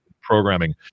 programming